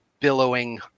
billowing